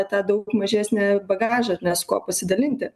tą daug mažesnį bagažą nes kuo pasidalinti